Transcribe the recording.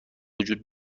وجود